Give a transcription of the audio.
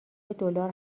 دلار